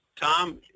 Tom